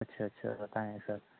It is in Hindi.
अच्छा अच्छा बताएँ हैं सर